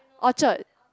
Orchard